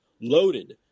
Loaded